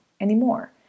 anymore